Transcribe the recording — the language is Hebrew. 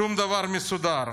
שום דבר מסודר.